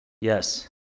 Yes